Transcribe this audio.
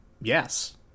yes